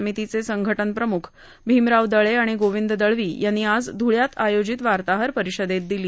समितीचे संघटन प्रमुख भिमराव दळे आणि गोविंद दळवी यांनी आज धुळ्यात आयोजित वार्ताहर परिषदेत दिली